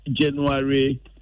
January